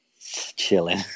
chilling